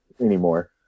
anymore